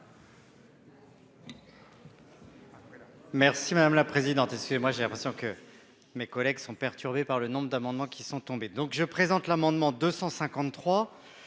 Merci madame la présidente, et c'est moi, j'ai l'impression que mes collègues sont perturbées par le nombre d'amendements qui sont tombés, donc je présente l'amendement 253